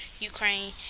Ukraine